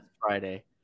Friday